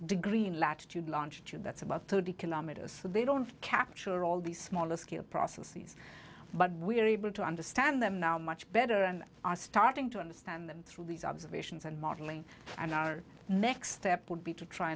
degree in latitude longitude that's about thirty kilometers so they don't capture all the smaller scale processes but we are able to understand them now much better and are starting to understand them through these observations and modeling and our next step would be to try